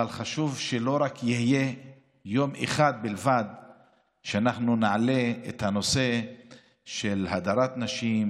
אבל חשוב שלא יהיה רק יום אחד שבו נעלה את הנושא של הדרת נשים,